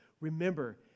remember